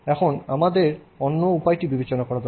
এখন আমাদের অন্য উপায়টি বিবেচনা করা দরকার